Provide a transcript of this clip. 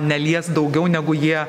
nelies daugiau negu jie